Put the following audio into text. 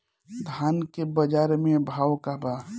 धान के बजार में भाव का बा